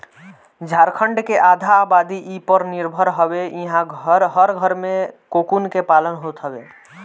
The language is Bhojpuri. झारखण्ड के आधा आबादी इ पर निर्भर हवे इहां हर घरे में कोकून के पालन होत हवे